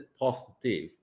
positive